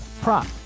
prop